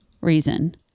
reason